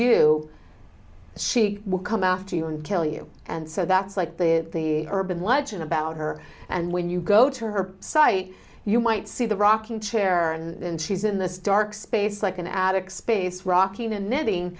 you she will come after you and kill you and so that's like the urban legend about her and when you go to her site you might see the rocking chair and she's in this dark space like an attic space rocking and netting